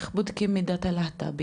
איך בודקים את מידת הלהט"ביות?